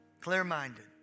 Clear-minded